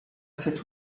cet